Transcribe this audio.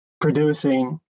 producing